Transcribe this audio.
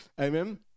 Amen